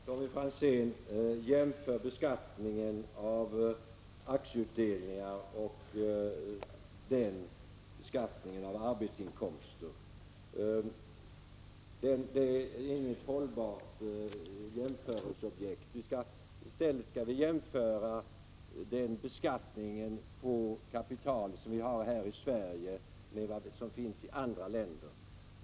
Herr talman! Tommy Franzén jämför beskattningen av aktieutdelningar och beskattningen av arbetsinkomster. Detta är inga hållbara jämförelseobjekt. I stället skall vi jämföra beskattningen på kapital här i Sverige och Prot. 1985/86:139 motsvarande beskattning i andra länder.